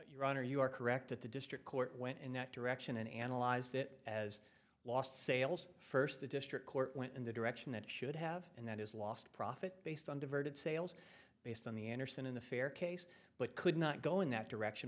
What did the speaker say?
honor you are correct that the district court went in that direction and analyzed it as lost sales first the district court went in the direction that it should have and that is lost profit based on diverted sales based on the andersen in the fair case but could not go in that direction